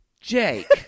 Jake